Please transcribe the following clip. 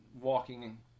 walking